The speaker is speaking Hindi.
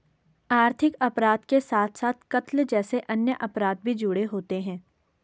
आर्थिक अपराध के साथ साथ कत्ल जैसे अन्य अपराध भी जुड़े होते हैं